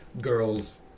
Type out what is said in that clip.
girls